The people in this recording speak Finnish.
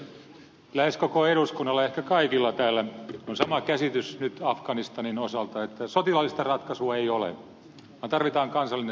lähes koko eduskunnalla ehkä kaikilla täällä on sama käsitys nyt afganistanin osalta että sotilaallista ratkaisua ei ole vaan tarvitaan kansallinen sovinto